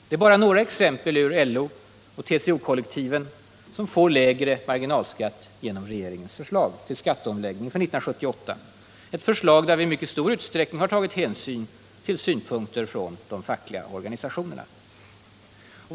Det är bara några exempel på grupper ur LO och TCO-kollektiven som får lägre marginalskatt genom regeringens förslag till skatteomläggning för 1978 — ett förslag som i mycket stor utsträckning tar hänsyn till synpunkter från de fackliga organisationerna.